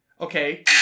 Okay